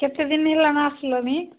କେତେଦିନ ହେଲାଣି ଆସିଲଣି